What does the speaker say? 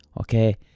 okay